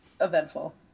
eventful